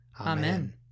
Amen